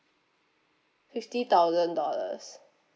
fifty thousand dollars